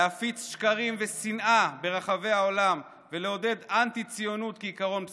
להפיץ שקרים ושנאה ברחבי העולם ולעודד אנטי-ציוניות כעיקרון בסיסי.